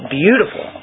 beautiful